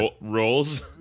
Roles